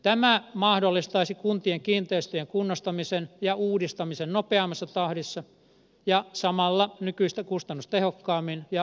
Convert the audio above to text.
tämä mahdollistaisi kuntien kiinteistöjen kunnostamisen ja uudistamisen nopeammassa tahdissa ja samalla nykyistä kustannustehokkaammin ja laadukkaammin